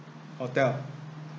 hotel